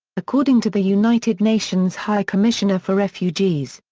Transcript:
according to the united nations high commissioner for refugees,